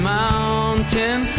mountain